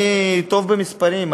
אני טוב במספרים,